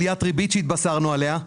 עליית ריבית שהתבשרנו עליה.